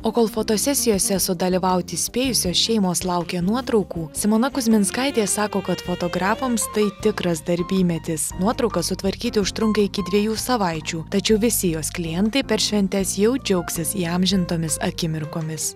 o kol fotosesijose sudalyvauti spėjusios šeimos laukia nuotraukų simona kuzminskaitė sako kad fotografams tai tikras darbymetis nuotraukas sutvarkyti užtrunka iki dviejų savaičių tačiau visi jos klientai per šventes jau džiaugsis įamžintomis akimirkomis